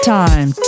time